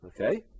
Okay